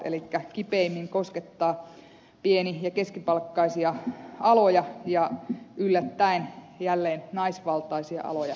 elikkä tämä kipeimmin koskettaa pieni ja keskipalkkaisia aloja ja yllättäen jälleen naisvaltaisia aloja